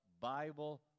Bible